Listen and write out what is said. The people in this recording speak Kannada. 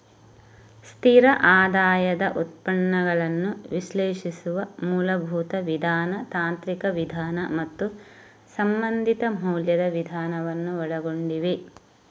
ಸ್ಥಿರ ಆದಾಯದ ಉತ್ಪನ್ನಗಳನ್ನು ವಿಶ್ಲೇಷಿಸುವ ಮೂಲಭೂತ ವಿಧಾನ, ತಾಂತ್ರಿಕ ವಿಧಾನ ಮತ್ತು ಸಂಬಂಧಿತ ಮೌಲ್ಯದ ವಿಧಾನವನ್ನು ಒಳಗೊಂಡಿವೆ